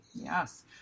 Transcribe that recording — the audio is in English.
Yes